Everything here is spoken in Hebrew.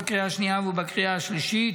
בקריאה השנייה ובקריאה השלישית.